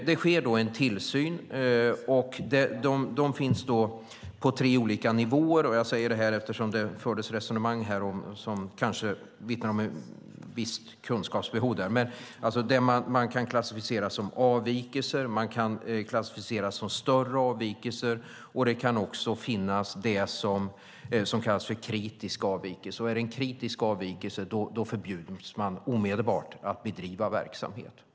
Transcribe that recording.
Det sker en tillsyn på tre olika nivåer. Jag säger det eftersom det här fördes resonemang som kanske vittnar om ett visst kunskapsbehov. Man kan klassificera det som avvikelse, större avvikelse och kritisk avvikelse. Är det en kritisk avvikelse förbjuds man omedelbart att bedriva verksamhet.